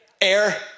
Air